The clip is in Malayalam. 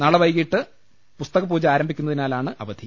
നാളെ വൈകിട്ട് പുസ്തകപൂജ ആരംഭിക്കുന്നതി നാലാണ് അവധി